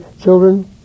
children